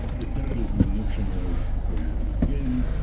the terrorism notion was ah but you you kill,